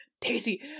Daisy